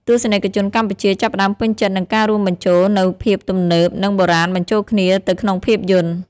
ទស្សនិកជនកម្ពុជាចាប់ផ្ដើមពេញចិត្តនឹងការរួមបញ្ចូលនូវភាពទំនើប និង បុរាណបញ្ចូលគ្នាទៅក្នុងភាពយន្ត។